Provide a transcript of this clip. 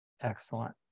Excellent